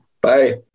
bye